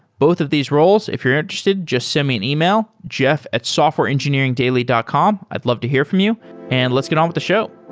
both of these roles, if you're interested, just send me an email, jeff at softwareengineering daily dot com. i'd love to hear from you and let's get on with the show.